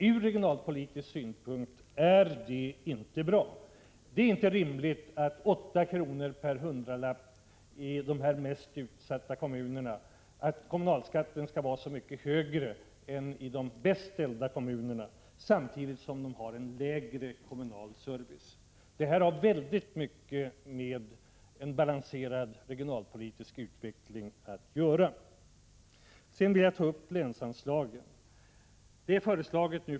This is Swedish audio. Ur regionalpolitisk synpunkt är det inte bra. Det är inte rimligt att det kommunala skatteuttaget i de mest utsatta kommunerna skall vara 8 kr. högre än i de bäst ställda kommunerna, när de förstnämnda kommunerna trots detta ger en sämre kommunal service. Detta — Prot. 1985/86:104 har mycket att göra med en balanserad regionalpolitisk utveckling. 1 april 1986 Jag vill sedan ta upp länsanslagen.